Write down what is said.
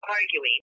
arguing